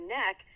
neck